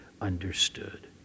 understood